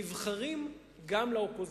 נבחרים גם לאופוזיציה.